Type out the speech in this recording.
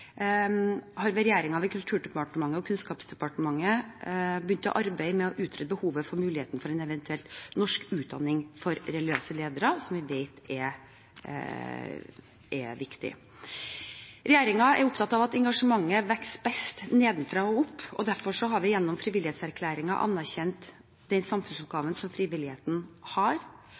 har ved regjeringen – ved Kulturdepartementet og Kunnskapsdepartementet – begynt å arbeide med å utrede behovet for muligheten for en eventuell norsk utdanning for religiøse ledere, som vi vet er viktig. Regjeringen er opptatt av at engasjementet vokser best nedenfra og opp, og derfor så har vi gjennom Frivillighetserklæringen anerkjent den samfunnsoppgaven frivilligheten har,